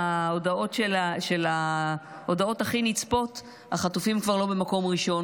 בהודעות הכי נצפות החטופים כבר לא במקום ראשון